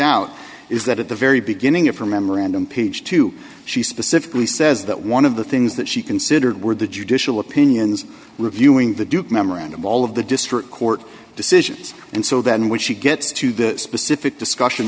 out is that at the very beginning of her memorandum page two she specifically says that one of the things that she considered were the judicial opinions reviewing the duke memorandum all of the district court decisions and so then when she gets to that specific discussion